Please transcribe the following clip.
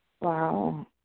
Wow